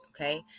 okay